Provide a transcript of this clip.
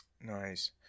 Nice